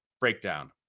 Breakdown